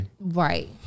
Right